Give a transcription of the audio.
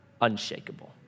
unshakable